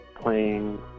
playing